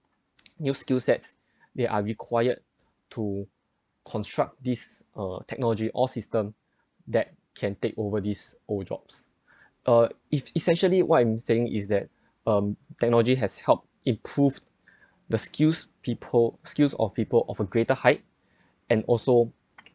new skillsets they are required to construct this uh technology or system that can take over these old jobs uh es~ essentially what I'm saying is that um technology has helped improve the skills people skills of people of a greater height and also